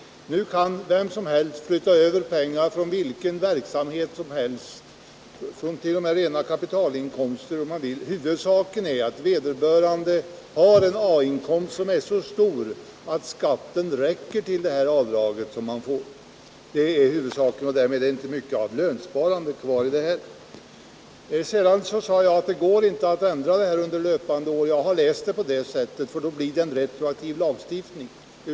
Nu kan vem som helst flytta över pengar från vilken verksamhet som helst, t.o.m. från rena kapitalinkomster. Huvudsaken är att vederbörande har en A-inkomsti som är så stor att skatten räcker till det avdrag man får. Därmed är det inte mycket kvar av lönsparandet. Sedan sade jag att det inte går att ändra detta under löpande år — jag har läst Värdesäkert lönsparande in Värdesäkert lönsparande det på det sättet — för då blir det en retroaktiv lagstiftning.